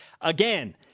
Again